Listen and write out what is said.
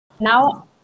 Now